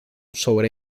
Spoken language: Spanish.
sobre